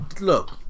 look